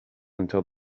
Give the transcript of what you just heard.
until